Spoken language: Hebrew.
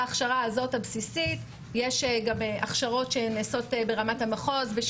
להכשרה הבסיסית הזו יש גם הכשרות שנעשות ברמת המחוז.